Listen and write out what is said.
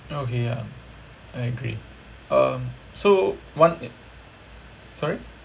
okay ya I agree um so one sorry